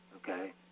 okay